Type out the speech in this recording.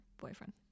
boyfriend